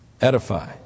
Edify